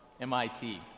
MIT